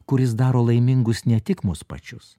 kuris daro laimingus ne tik mus pačius